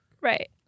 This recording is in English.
right